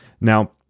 Now